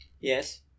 Yes